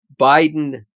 Biden